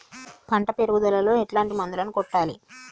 పంట పెరుగుదలలో ఎట్లాంటి మందులను కొట్టాలి?